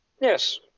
Yes